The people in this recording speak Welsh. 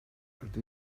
rydw